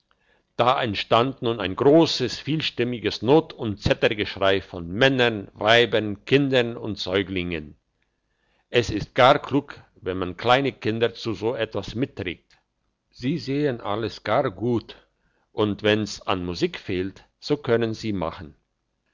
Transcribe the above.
da entstand nun ein grosses vierstimmiges not und zetergeschrei von männern weibern kindern und säuglingen es ist gar klug wenn man kleine kinder zu so etwas mitträgt sie sehen alles gar gut und wenn's an musik fehlt so können sie machen